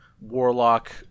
Warlock